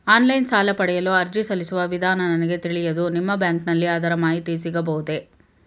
Online ಸಾಲ ಪಡೆಯಲು ಅರ್ಜಿ ಸಲ್ಲಿಸುವ ವಿಧಾನ ನನಗೆ ತಿಳಿಯದು ನಿಮ್ಮ ಬ್ಯಾಂಕಿನಲ್ಲಿ ಅದರ ಮಾಹಿತಿ ಸಿಗಬಹುದೇ?